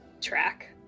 track